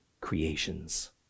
creations